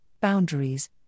boundaries